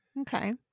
Okay